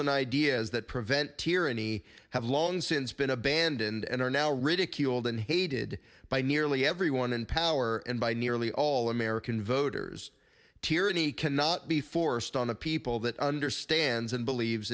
and ideas that prevent tyranny have long since been abandoned and are now ridiculed and hated by nearly every one in power and by nearly all american voters tyranny cannot be forced on a people that understands and believes